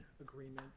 agreement